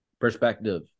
perspective